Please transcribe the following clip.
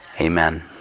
Amen